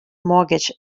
mortgage